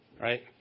Right